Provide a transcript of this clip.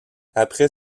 après